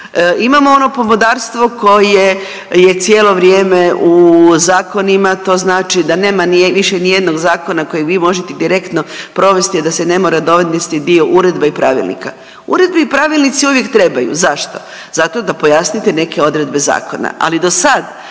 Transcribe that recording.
Imamo ono pomodarstvo koje je cijelo vrijeme u zakonima to znači da nema više ni jednog zakona kojeg vi možete direktno provesti, a da se ne mora donesti dio uredba i pravilnika. Uredbe i pravilnici uvijek trebaju. Zašto? Zato da pojasnite neke odredbe zakona, ali do sad